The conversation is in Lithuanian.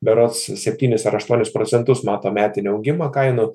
berods septynis ar aštuonis procentus mato metinį augimą kainų